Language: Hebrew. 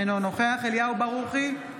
אינו נוכח אליהו ברוכי,